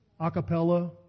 acapella